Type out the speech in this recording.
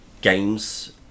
games